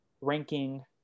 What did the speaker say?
ranking